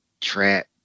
trap